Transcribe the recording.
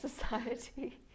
society